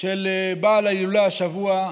של בעל ההילולה השבוע,